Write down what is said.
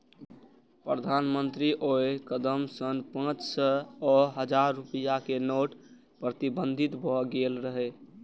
प्रधानमंत्रीक ओइ कदम सं पांच सय आ हजार रुपैया के नोट प्रतिबंधित भए गेल रहै